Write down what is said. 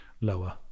lower